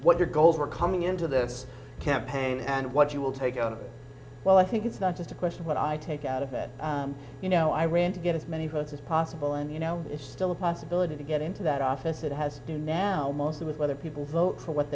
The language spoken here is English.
what your goals were coming into this campaign and what you will take out of well i think it's not just a question what i take out of it you know i ran to get as many votes as possible and you know it's still a possibility to get into that office it has to do now mostly with whether people vote for what